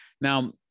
Now